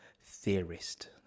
theorist